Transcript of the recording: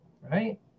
right